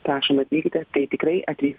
prašom atvykite tai tikrai atvyks